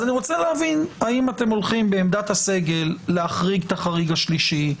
אז אני רוצה להבין האם אתם הולכים בעמדת הסגל להחריג את החריג השלישי.